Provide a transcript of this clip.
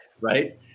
right